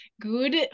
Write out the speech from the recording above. good